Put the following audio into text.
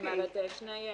כלומר, אלה שתי רמות.